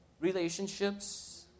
relationships